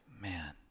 man